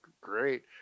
great